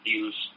use